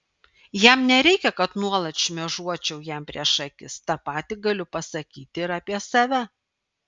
jam nereikia kad nuolat šmėžuočiau jam prieš akis tą patį galiu pasakyti ir apie save